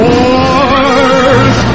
Wars